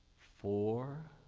four,